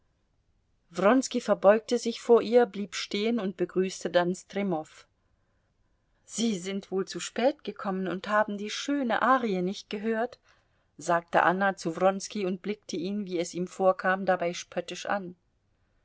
wronski verbeugte sich vor ihr blieb stehen und begrüßte dann stremow sie sind wohl zu spät gekommen und haben die schöne arie nicht gehört sagte anna zu wronski und blickte ihn wie es ihm vorkam dabei spöttisch an